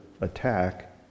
attack